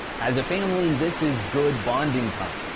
as a family this is good bonding time,